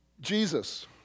Jesus